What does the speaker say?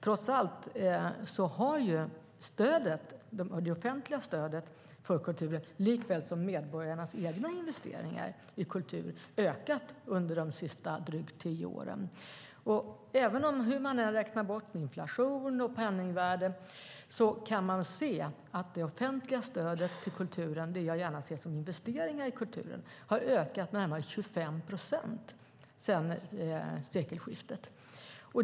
Trots allt har det offentliga stödet för kulturen likväl som medborgarnas egna investeringar i kultur ökat under de drygt senaste tio åren. Hur man än räknar bort inflation och penningvärde kan man se att det offentliga stödet till kulturen - det jag gärna ser som investeringar i kulturen - har ökat med närmare 25 procent sedan sekelskiftet.